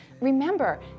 remember